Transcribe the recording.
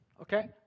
okay